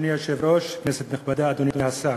אדוני היושב-ראש, כנסת נכבדה, אדוני השר,